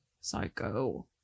psycho